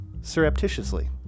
surreptitiously